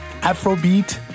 Afrobeat